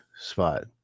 spot